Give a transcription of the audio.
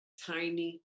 tiny